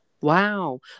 Wow